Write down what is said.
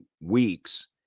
weeks